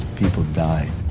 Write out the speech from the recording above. people die.